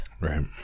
right